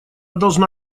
должна